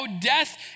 death